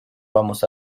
vamos